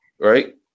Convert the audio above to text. Right